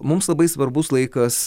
mums labai svarbus laikas